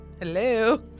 Hello